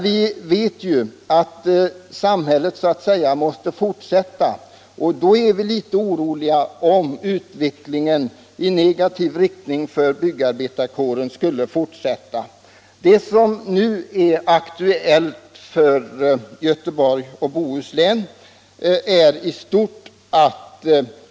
Vi vet ju att samhällsutvecklingen måste fortsätta, och då är vi litet oroliga för att utvecklingen fortsätter att gå i negativ riktning för byggnadsarbetarkåren.